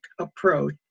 approach